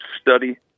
study